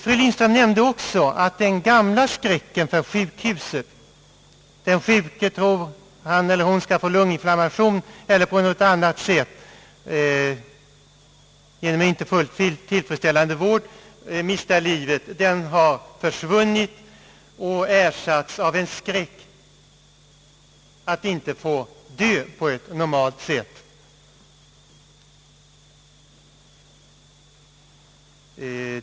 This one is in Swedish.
Fru Lindström nämnde också att den gamla skräcken för sjukhuset — att-den sjuke tror att han skall få lunginflammation eller på annat sätt genom inte fullt tillfredsställande vård mista livet — har försvunnit och ersatts av en skräck att inte få dö på ett normalt sätt.